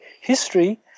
history